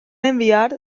enviar